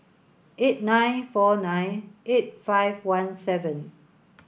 eight nine four nine eight five one seven